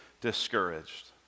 discouraged